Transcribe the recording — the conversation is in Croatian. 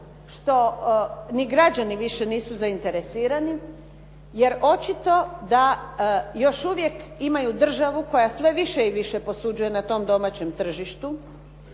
što ni građani nisu više zainteresirani, jer očito da još uvijek imaju državu koja sve više i više posuđuje na tom domaćem tržištu